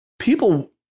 People